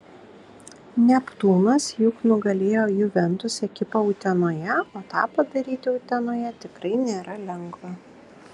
neptūnas juk nugalėjo juventus ekipą utenoje o tą padaryti utenoje tikrai nėra lengva